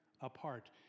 apart